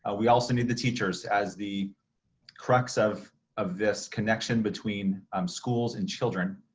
ah we also need the teachers as the crux of of this connection between um schools and children,